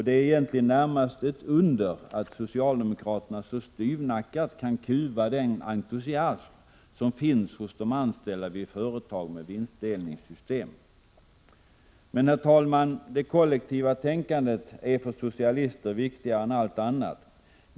Det är egentligen närmast ett under att socialdemokraterna så styvnackat kan kuva den entusiasm som finns hos de anställda vid företag med vinstdelningssystem. Men, herr talman, det kollektiva tänkandet är för socialister viktigare än allt annat.